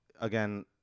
Again